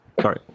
sorry